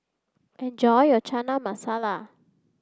enjoy your Chana Masala